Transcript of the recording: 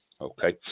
okay